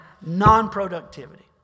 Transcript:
non-productivity